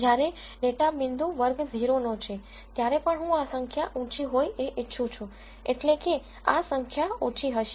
જ્યારે data point વર્ગ 0 નો છે ત્યારે પણ હું આ સંખ્યા ઉંચી હોય એ ઇચ્છું છું એટલે કે આ સંખ્યા ઓછી હશે